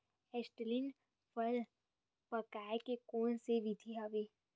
Acetylene फल पकाय के कोन सा विधि आवे?